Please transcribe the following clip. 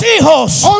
hijos